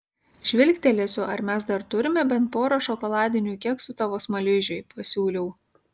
žvilgtelėsiu ar mes dar turime bent porą šokoladinių keksų tavo smaližiui pasiūliau